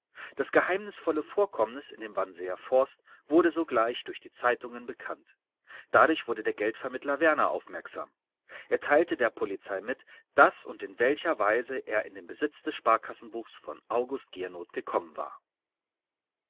das geheimnisvolle vorkommnis in dem wannseer forst wurde sogleich durch die zeitungen bekannt dadurch wurde der geldvermittler werner aufmerksam er teilte der polizei mit daß und in welcher weise er in den besitz des sparkassenbuchs von august giernoth gekommen war